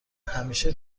همیشه